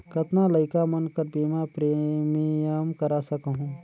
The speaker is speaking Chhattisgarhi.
कतना लइका मन कर बीमा प्रीमियम करा सकहुं?